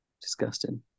disgusting